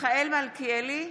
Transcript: מיכאל מלכיאלי,